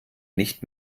nicht